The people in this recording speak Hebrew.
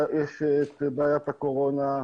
יש את בעיית הקורונה,